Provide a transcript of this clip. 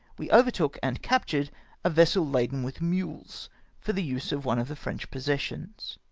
we overtook and captured a vessel laden with mules for the use of one of the french possessions.